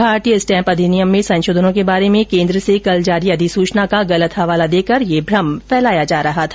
भारतीय स्टैम्प अधिनियम में संशोधनों के बारे में केन्द्र से कल जारी अधिसूचना का गलत हवाला देकर यह भ्रम फैलाया जा रहा था